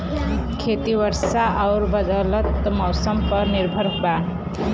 खेती वर्षा और बदलत मौसम पर निर्भर बा